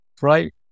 right